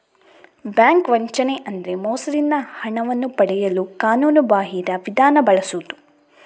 bank ವಂಚನೆ ಅಂದ್ರೆ ಮೋಸದಿಂದ ಹಣವನ್ನು ಪಡೆಯಲು ಕಾನೂನುಬಾಹಿರ ವಿಧಾನ ಬಳಸುದು